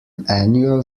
annual